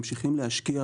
ממשיכים להשקיע,